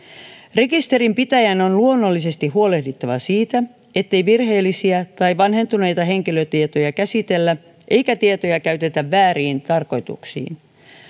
rekisterinpitäjän on luonnollisesti huolehdittava siitä ettei virheellisiä tai vanhentuneita henkilötietoja käsitellä eikä tietoja käytetä vääriin tarkoituksiin